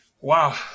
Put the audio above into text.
wow